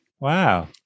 Wow